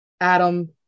Adam